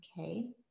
Okay